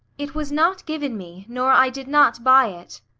it was not given me, nor i did not buy it.